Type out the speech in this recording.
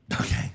Okay